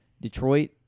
Detroit